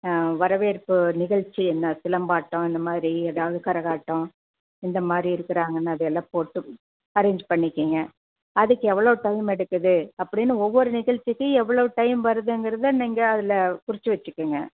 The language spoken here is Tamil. வரவேற்பு நிகழ்ச்சி என்ன சிலம்பாட்டம் இந்த மாதிரி எதாவது கரகாட்டம் இந்த மாதிரி இருக்குறாங்ன்னா அதை எல்லாம் போட்டு அரேஞ்ச் பண்ணிக்கங்க அதுக்கு எவ்வளோ டைம் எடுக்குது அப்படின்னு ஒவ்வொரு நிகழ்ச்சிக்கு எவ்வளோ டைம் வருதுங்குறதை நீங்கள் அதில் குறிச்சு வச்சுக்குங்க